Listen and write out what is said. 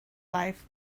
life